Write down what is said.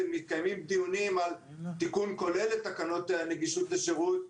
מתקיימים דיונים על תיקון כולל את תקנות הנגישות לשרות,